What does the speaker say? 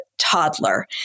toddler